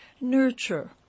nurture